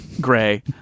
gray